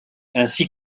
ainsi